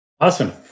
awesome